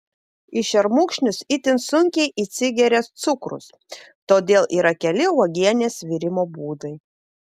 į šermukšnius itin sunkiai įsigeria cukrus todėl yra keli uogienės virimo būdai